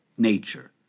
nature